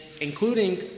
including